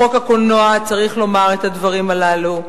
חוק הקולנוע, צריך לומר את הדברים הללו,